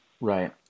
Right